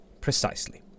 Precisely